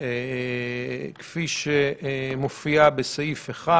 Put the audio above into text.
כפי שמופיעה בסעיף 1